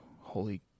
Holy